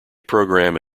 programme